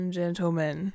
gentlemen